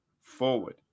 forward